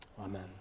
Amen